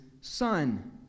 son